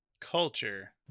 culture